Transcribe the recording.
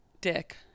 Dick